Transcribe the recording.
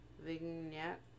vignette